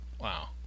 Wow